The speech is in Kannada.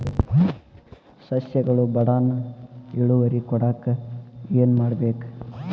ಸಸ್ಯಗಳು ಬಡಾನ್ ಇಳುವರಿ ಕೊಡಾಕ್ ಏನು ಮಾಡ್ಬೇಕ್?